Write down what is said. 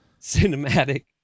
cinematic